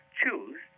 choose